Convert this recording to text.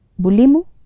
Bulimu